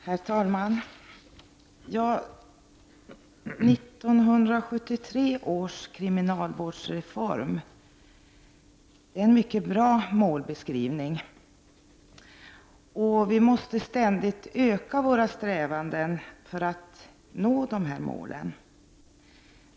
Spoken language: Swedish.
Herr talman! 1973 års kriminalvårdsreform är en mycket bra målbeskrivning. Vi måste ständigt öka våra strävanden för att nå de målen.